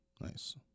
Nice